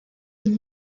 une